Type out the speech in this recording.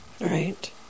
Right